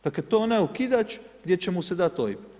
Dakle to je onaj okidač gdje će mu se dati OIB.